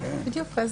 בדיוק.